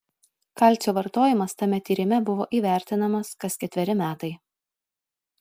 kalcio vartojimas tame tyrime buvo įvertinamas kas ketveri metai